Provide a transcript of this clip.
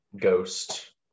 ghost